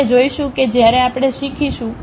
આપણે જોઈશું કે જ્યારે આપણે શીખીશું